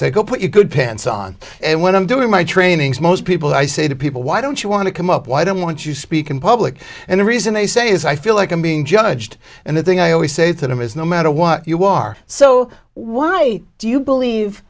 say go put your good pants on and when i'm doing my trainings most people i say to people why don't you want to come up why don't want to speak in public and the reason they say is i feel like i'm being judged and the thing i always say to them is no matter what you are so why do you believe